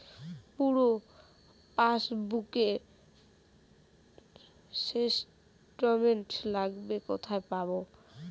পুরো পাসবুকের স্টেটমেন্ট লাগবে কোথায় পাব?